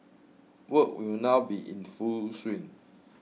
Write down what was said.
works will now be in full swing